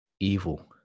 Evil